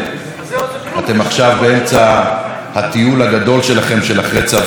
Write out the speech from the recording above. אתם עכשיו באמצע הטיול הגדול שלכם של אחרי צבא,